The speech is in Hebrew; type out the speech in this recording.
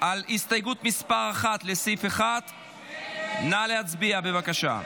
על הסתייגות מס' 1, לסעיף 1. נא להצביע, בבקשה.